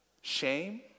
shame